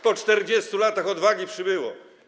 Po 40 latach odwagi przybyło.